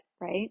Right